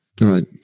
Right